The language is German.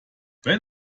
wenn